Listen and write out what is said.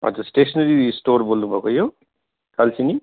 हजुर stationery store बोल्नुभएको यो कालचिनी